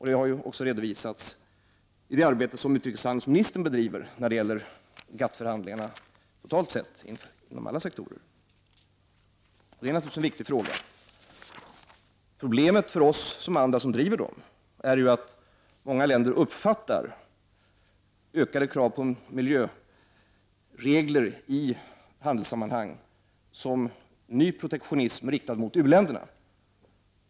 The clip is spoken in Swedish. Det har också redovisats i det arbete som utrikeshandelsministern bedriver när det gäller GATT-förhandlingarna totalt sett, inom alla sektorer. Det är naturligtvis en viktig fråga. Problemet för oss och andra som driver dessa frågor är att många länder uppfattar ökade krav på miljöregler i handelssammanhang som ny protektionism riktad mot u-länderna.